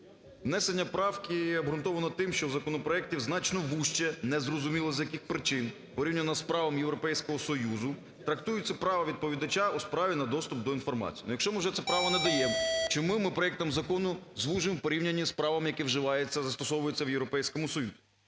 Внесення правки обґрунтовано тим, що у законопроекті значно вужче, не зрозуміло, з яких причин, порівняно з правом Європейському Союзі, трактується право відповідача у справі на доступ до інформації. Якщо ми вже це право надаємо, чому ми проектом Закону звужуємо в порівнянні з правом, яке вживається, застосовується в Європейському Союзі.